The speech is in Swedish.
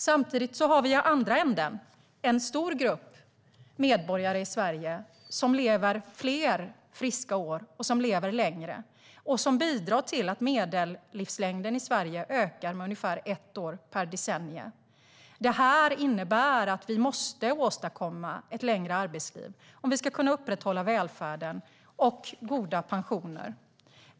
Samtidigt har vi i andra ändan en stor grupp medborgare i Sverige som lever fler friska år, som lever längre och som bidrar till att medellivslängden i Sverige ökar med ungefär ett år per decennium. Det här innebär att vi måste åstadkomma ett längre arbetsliv om vi ska kunna upprätthålla välfärden och goda pensioner.